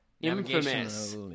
infamous